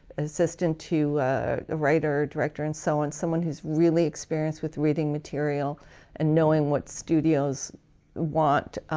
assistant to a writer director and so on, someone who's really experienced with reading material and knowing what studios want,